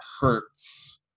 hurts